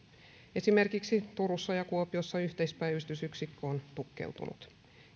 esimerkiksi turussa ja kuopiossa yhteispäivystysyksikkö on tukkeutunut